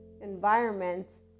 environment